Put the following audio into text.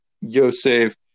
Yosef